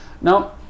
now